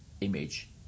image